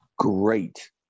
Great